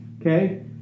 Okay